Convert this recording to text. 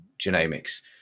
genomics